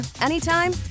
anytime